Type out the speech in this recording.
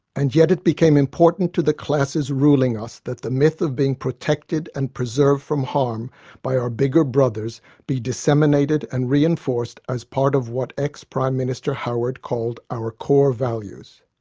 and yet it became important to the classes ruling us that the myth of being protected and preserved from harm by our bigger brothers be disseminated and reinforced as part of what ex-prime minister howard called our core values.